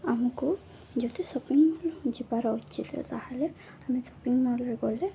ଆମକୁ ଯଦି shopping mall ଯିବାର ଉଚିତ୍ ତାହେଲେ ଆମେ ସପିଙ୍ଗ୍ ମଲ୍ରେ ଗଲେ